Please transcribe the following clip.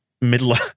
middle